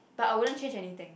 but I wouldn't change anything